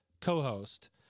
co-host